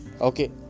okay